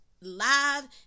live